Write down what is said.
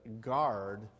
guard